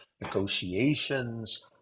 negotiations